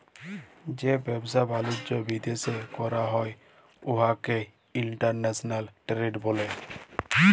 যে ব্যবসা বালিজ্য বিদ্যাশে ক্যরা হ্যয় উয়াকে ইলটারল্যাশলাল টেরেড ব্যলে